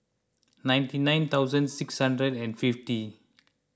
ninety nine thousand six hundred and fifty